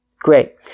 Great